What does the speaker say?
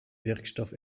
wirkstoff